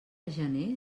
gener